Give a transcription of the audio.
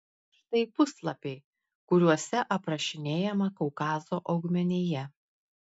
štai puslapiai kuriuose aprašinėjama kaukazo augmenija